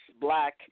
Black